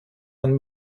man